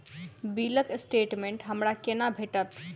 बिलक स्टेटमेंट हमरा केना भेटत?